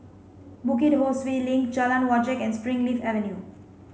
Bukit Ho Swee Link Jalan Wajek and Springleaf Avenue